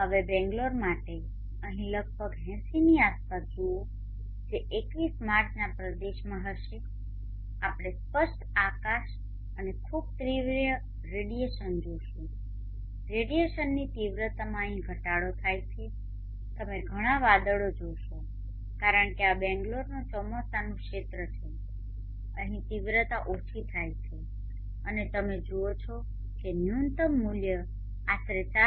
હવે બેંગ્લોર માટે અહીં લગભગ 80ની આસપાસ જુઓ જે 21 માર્ચના પ્રદેશમાં હશે આપણે સ્પષ્ટ આકાશ અને ખૂબ તીવ્ર રેડીયેશન જોશું રેડીયેશનની તીવ્રતામાં અહીં ઘટાડો થાય છે તમે ઘણા વાદળો જોશો કારણ કે આ બેંગ્લોરનો ચોમાસાનુ ક્ષેત્ર છે અને તીવ્રતા ઓછી થાય છે અને તમે જુઓ છો કે ન્યુનત્તમ મૂલ્ય આશરે 4